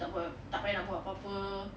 tak payah nak buat apa-apa